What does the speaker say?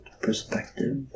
perspective